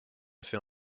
fait